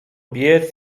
biec